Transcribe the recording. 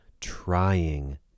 trying